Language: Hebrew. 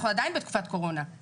אני